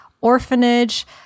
orphanage